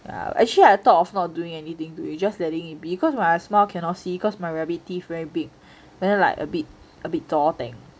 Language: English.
um actually I thought of not doing anything to it just letting it be cause when smile cannot see cause my rabbit teeth very big then like a bit a bit zhor teng